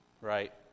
right